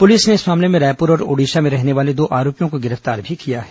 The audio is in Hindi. पुलिस ने इस मामले में रायपुर और ओडिशा में रहने वाले दो आरोपियों को गिरफ्तार भी किया है